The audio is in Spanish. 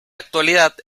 actualidad